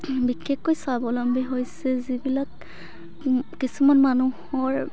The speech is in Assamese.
বিশেষকৈ স্বাৱলম্বী হৈছে যিবিলাক কিছুমান মানুহৰ